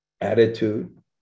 attitude